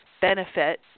benefit